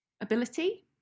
ability